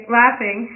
laughing